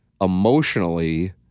emotionally